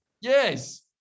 yes